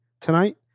tonight